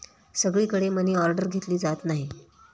सगळीकडे मनीऑर्डर घेतली जात नाही